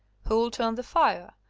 who'll turn the fire,